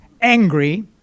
angry